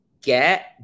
get